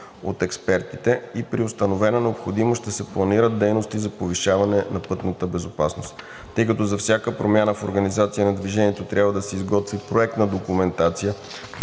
от експертите и при установена необходимост ще се планират дейности за повишаване на пътната безопасност. Тъй като за всяка промяна в организацията на движението трябва да се изготвя проектна документация,